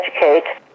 educate